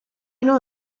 know